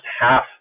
half